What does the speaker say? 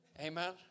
Amen